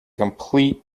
complete